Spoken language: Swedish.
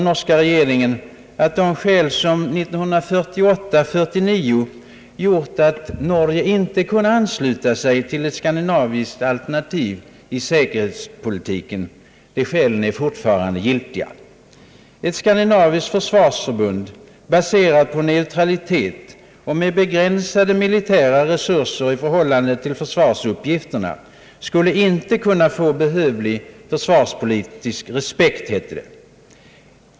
Norska regeringen förklarade att de skäl som 1948—1949 gjort att Norge inte kunde ansluta sig till ett skandinaviskt alternativ till säkerhetspolitiken ännu är giltiga. Ett skandinaviskt försvarsförbund, baserat på neutralitet och med begränsade militära resurser i förhållande till försvarsuppgifterna, skulle inte kunna få behövlig försvarspolitisk respekt.